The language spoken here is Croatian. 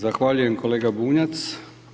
Zahvaljujem kolega Bunjac.